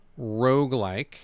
roguelike